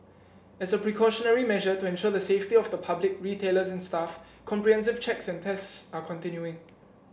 as a precautionary measure to ensure the safety of the public retailers and staff comprehensive checks and tests are continuing